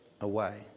away